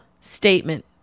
statement